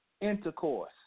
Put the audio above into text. intercourse